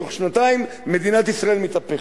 בתוך שנתיים מדינת ישראל מתהפכת.